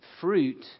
fruit